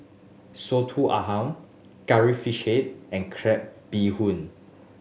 Soto Ayam Curry Fish Head and crab bee hoon